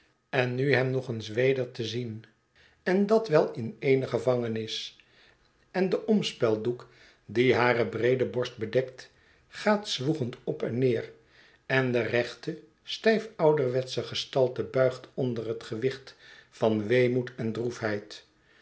en nu hem nog eens weder te zien en dat wel in eene gevangenis en de omspeldoek die hare breéde borst bedekt gaat zwoegend op en neer en de rechte stijf ouderwetsche gestalte buigt onder het gewicht van weemoed en